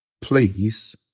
Please